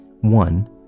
one